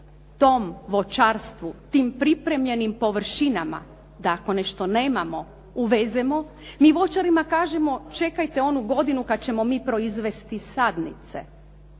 tom voćarstvu, tim pripremljenim površinama da ako nešto nemamo uvezemo, mi voćarima kažemo čekajte onu godinu kad ćemo mi proizvesti sadnice.